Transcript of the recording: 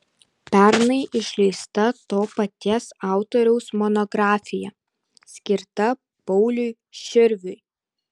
pernai išleista to paties autoriaus monografija skirta pauliui širviui